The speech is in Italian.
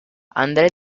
andré